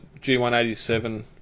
G187